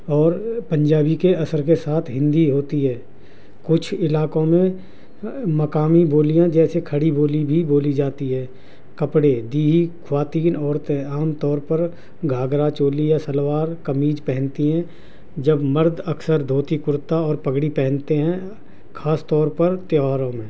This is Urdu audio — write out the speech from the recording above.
اور پنجابی کے اثر کے ساتھ ہندی ہوتی ہے کچھ علاقوں میں مقامی بولیاں جیسے کھڑی بولی بھی بولی جاتی ہے کپڑے دیہی خواتین عورتیں عام طور پر گھاگھرا چولی یا شلوار قمیض پہنتی ہیں جب مرد اکثر دھوتی کرتا اور پگڑی پہنتے ہیں خاص طور پر تیوہاروں میں